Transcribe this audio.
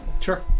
Sure